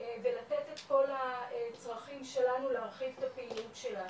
ולתת את כל הצרכים שלנו להרחיב את הפעילות שלנו.